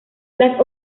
las